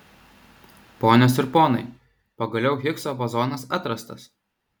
ponios ir ponai pagaliau higso bozonas atrastas